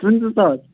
پٕنٛژٕہ ساس